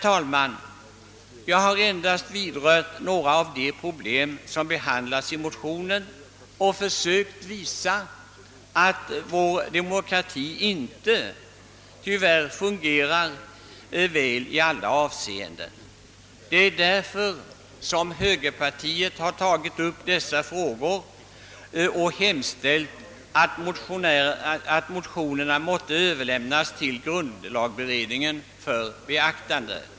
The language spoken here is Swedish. Jag har här endast vidrört några av de problem som behandlas i motionen, och jag har försökt visa att vår demokrati tyvärr inte i alla avseenden fungerar väl. Det är därför högerpartiet har tagit upp dessa frågor och hemställt att motionerna måtte överlämnas till grundlagberedningen för beaktande.